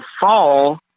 fall